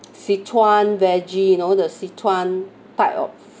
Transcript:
szechuan veggie you know the szechuan type of